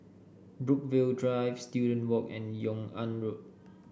Brookvale Drive Student Walk and Yung An Road